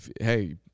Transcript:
hey